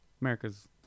America's